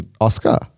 Oscar